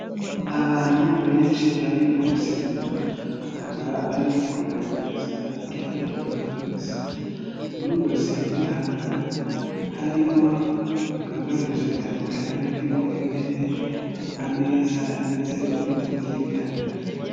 Abantu benshi bari mu rusengero bakaba bari kuganirizwa kandi bakaba bari gusenga, muri urwo rusengero hakaba harimo ibikorwaremezo bitandukanye birimo intebe, ameza ndetse n'ibindi bigiye bitandukanye.